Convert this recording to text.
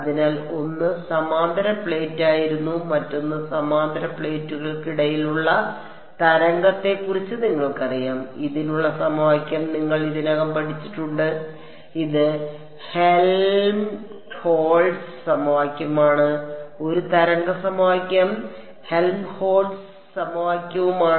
അതിനാൽ ഒന്ന് സമാന്തര പ്ലേറ്റ് ആയിരുന്നു മറ്റൊന്ന് സമാന്തര പ്ലേറ്റുകൾക്കിടയിലുള്ള തരംഗത്തെക്കുറിച്ച് നിങ്ങൾക്കറിയാം ഇതിനുള്ള സമവാക്യം നിങ്ങൾ ഇതിനകം പഠിച്ചിട്ടുണ്ട് ഇത് ഹെൽംഹോൾട്ട്സ് സമവാക്യമാണ് ഒരു തരംഗ സമവാക്യം ഹെൽംഹോൾട്ട്സ് സമവാക്യമാണ്